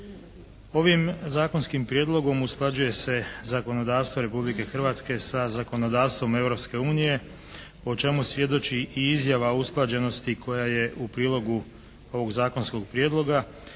Ovim zakonskim prijedlogom usklađuje se zakonodavstvo Republike Hrvatske sa zakonodavstvom Europske unije o čemu svjedoči i izjava usklađenosti koja je u prilogu ovog zakonskog prijedloga,